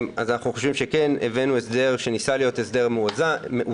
אנחנו חושבים שכן הבאנו הסדר שניסה להיות הסדר מאוזן.